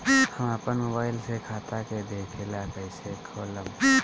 हम आपन मोबाइल से खाता के देखेला कइसे खोलम?